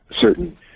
certain